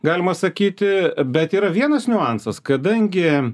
galima sakyti bet yra vienas niuansas kadangi